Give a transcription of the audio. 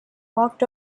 walked